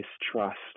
distrust